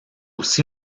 aussi